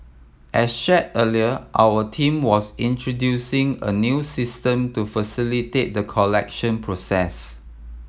as shared earlier our team was introducing a new system to facilitate the collection process